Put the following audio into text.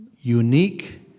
unique